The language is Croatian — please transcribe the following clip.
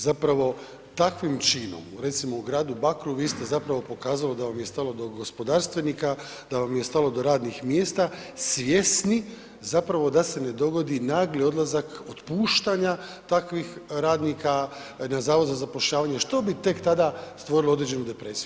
Zapravo, takvim činom recimo u gradu Bakru, vi ste zapravo pokazali da vam je stalo do gospodarstvenika, da vam je stalo do radnih mjesta, svjesni zapravo da se ne dogodi nagli odlazak otpuštanja takvih radnika na Zavod za zapošljavanje što bi tek tada stvorilo određenu depresiju.